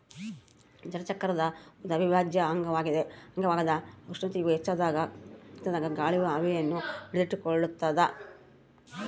ಜಲಚಕ್ರದ ಒಂದು ಅವಿಭಾಜ್ಯ ಅಂಗವಾಗ್ಯದ ಉಷ್ಣತೆಯು ಹೆಚ್ಚಾದಾಗ ಗಾಳಿಯು ಆವಿಯನ್ನು ಹಿಡಿದಿಟ್ಟುಕೊಳ್ಳುತ್ತದ